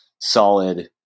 solid